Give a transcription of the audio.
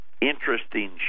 interesting